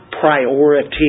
priority